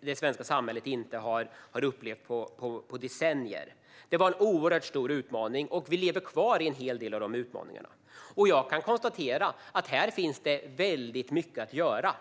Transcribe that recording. det svenska samhället inte har upplevt på decennier. Det var oerhört stora utmaningar, och vi lever kvar i en hel del av de utmaningarna. Jag kan konstatera att det här finns väldigt mycket att göra.